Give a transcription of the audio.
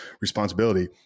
responsibility